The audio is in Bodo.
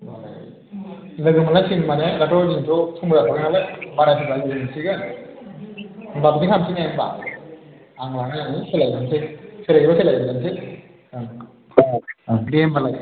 ए लोगो मोनलायसिगोन होनबा ने दाथ' ओजोंथ' होनबा बिदि खालामनोसै ने होनबा आं लाना थांनि सोलायनोसै सोलाय जायोबा सोलायनोसै ओं ओं दे होनबालाय